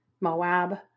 Moab